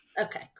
Okay